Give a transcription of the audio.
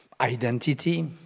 identity